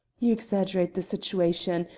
you exaggerate the situation.